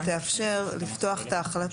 האפשרות שתוגש רוויזיה תאפשר לפתוח את ההחלטה,